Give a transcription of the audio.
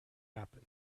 happen